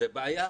זאת בעיה.